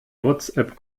whatsapp